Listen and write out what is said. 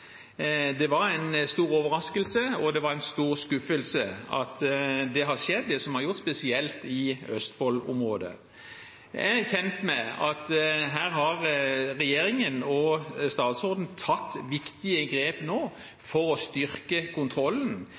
Det var en stor overraskelse og en stor skuffelse at det har skjedd, spesielt i Østfold-området. Jeg er kjent med at regjeringen og statsråden nå har tatt viktige grep for å styrke kontrollen,